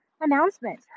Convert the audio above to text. announcement